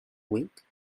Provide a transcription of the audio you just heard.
week